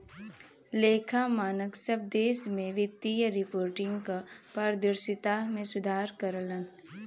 लेखा मानक सब देश में वित्तीय रिपोर्टिंग क पारदर्शिता में सुधार करलन